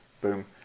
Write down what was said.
Boom